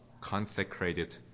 consecrated